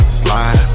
slide